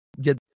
get